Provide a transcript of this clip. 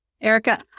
Erica